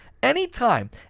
Anytime